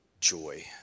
joy